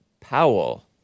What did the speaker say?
Powell